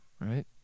right